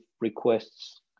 requests